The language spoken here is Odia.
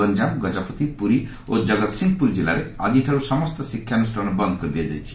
ଗଞ୍ଜାମ ଗଜପତି ପୁରୀ ଓ ଜଗତ୍ସିଂହପୁର ଜିଲ୍ଲାରେ ଆଜିଠାରୁ ସମସ୍ତ ଶିକ୍ଷାନୁଷାନ ବନ୍ଦ କରିଦିଆଯାଇଛି